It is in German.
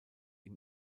ihm